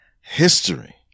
history